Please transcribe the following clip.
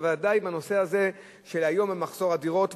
ובוודאי בנושא הזה של מחסור הדירות.